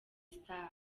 stars